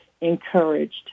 encouraged